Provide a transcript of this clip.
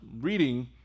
reading